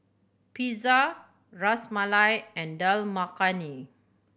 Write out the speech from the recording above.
Pizza Ras Malai and Dal Makhani